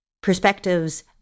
perspectives